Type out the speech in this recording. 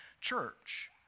church